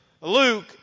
Luke